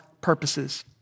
purposes